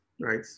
right